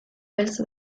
beltz